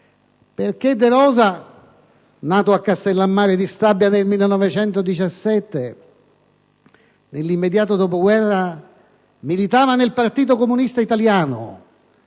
Luca. De Rosa, nato a Castellammare di Stabia nel 1917, nell'immediato dopoguerra militava nel Partito Comunista Italiano,